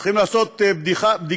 צריכים לעשות בדיקה,